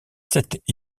sept